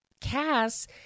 Cass